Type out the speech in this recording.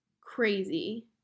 crazy